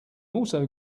also